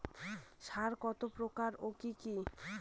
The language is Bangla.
সার কত প্রকার ও কি কি?